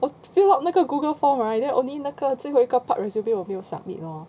我 fill up 那个 google form right then only 那个最后一个 part resume 我没有 submit lor